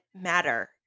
matter